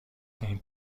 این